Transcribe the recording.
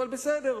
אבל בסדר,